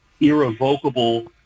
irrevocable